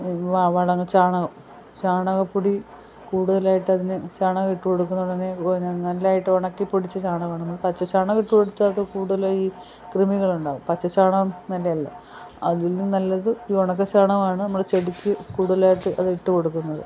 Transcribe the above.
വ വളങ്ങൾ ചാണകം ചാണകപ്പൊടി കൂടതലായിട്ടതിന് ചാണകം ഇട്ട് കൊടുക്കുന്നൊടന്നെ നല്ലതായിട്ട് ഒണക്കി പൊടിച്ച ചാണകമാണ് പച്ച ചാണകമായിട്ട് കൊടുത്താൽ അത് കൂടുതൽ ഈ കൃമികളൊണ്ടാവും പച്ച ചാണകം നല്ലതല്ല അതിനും നല്ലത് ഈ ഒണക്ക ചാണകവാണ് നമ്മൾ ചെടിക്ക് കൂടുതലായിട്ട് അതിട്ട് കൊടുക്കുന്നത്